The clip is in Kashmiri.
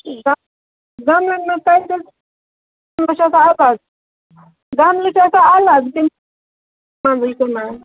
گملہٕ چھِ آسان الگ تِم